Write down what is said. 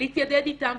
להתיידד איתם.